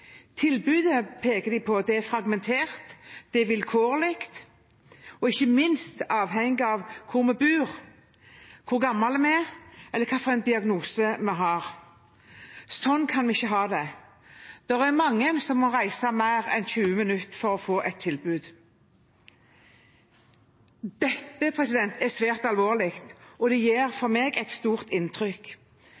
peker på at tilbudet er fragmentert, det er vilkårlig og ikke minst avhengig av hvor vi bor, hvor gamle vi er, eller hvilken diagnose vi har. Sånn kan vi ikke ha det. Det er mange som må reise mer enn 20 minutter for å få et tilbud. Dette er svært alvorlig, og det